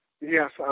Yes